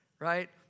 Right